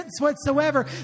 whatsoever